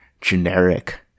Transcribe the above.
generic